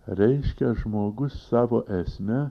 reiškia žmogus savo esme